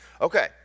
Okay